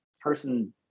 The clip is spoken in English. person